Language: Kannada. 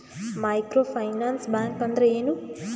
ಮೈಕ್ರೋ ಫೈನಾನ್ಸ್ ಬ್ಯಾಂಕ್ ಅಂದ್ರ ಏನು?